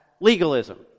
legalism